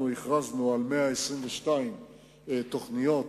הכרזנו על 122 תוכניות